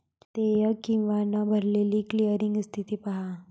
देयक किंवा न भरलेली क्लिअरिंग स्थिती पहा